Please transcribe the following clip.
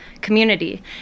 community